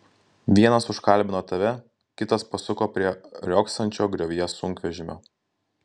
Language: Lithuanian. vienas užkalbino tave kitas pasuko prie riogsančio griovyje sunkvežimio